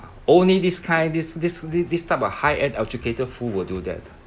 only this kind this this thi~ this type of high ed~ educated fool will do that ah